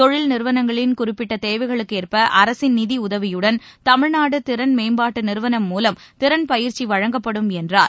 தொழில் நிறுவனங்களின் குறிப்பிட்ட தேவைகளுக்கேற்ப அரசின் நிதியுதவியுடன் தமிழ்நாடு திறன் மேம்பாட்டு நிறுவனம் மூலம் திறன் பயிற்சி வழங்கப்படும் என்றார்